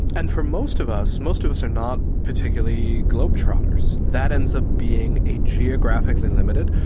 and for most of us, most of us are not particularly globe-trotters, that ends up being a geographically limited,